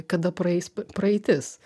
kada praeis p praeitis